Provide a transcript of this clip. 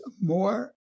more